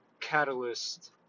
catalyst